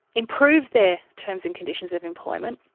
improve their terms and conditions of employment,